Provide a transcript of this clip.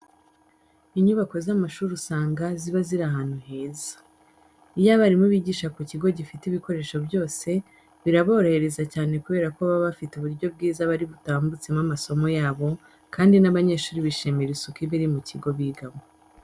Inyubako z'amashuri usanga ziba ziri ahantu heza. Iyo abarimu bigisha ku kigo gifite ibikoresho byose, biraborohera cyane kubera ko baba bafite uburyo bwiza bari butambutsemo amasomo yabo kandi n'abanyeshuri bishimira isuku iba iri mu kigo bigamo.